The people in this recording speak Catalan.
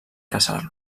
caçar